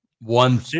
One